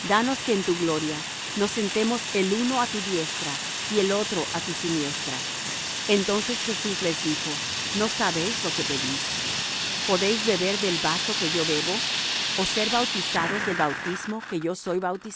danos que en tu gloria nos sentemos el uno á tu diestra y el otro á tu siniestra entonces jesús les dijo no sabéis lo que pedís podéis beber del vaso que yo bebo ó ser bautizados del bautismo de que yo soy